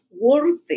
worthy